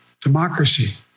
Democracy